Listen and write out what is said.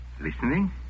Listening